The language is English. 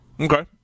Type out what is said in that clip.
Okay